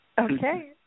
Okay